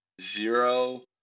zero